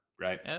right